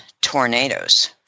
tornadoes